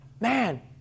Man